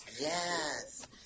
Yes